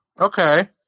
Okay